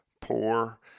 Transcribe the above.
poor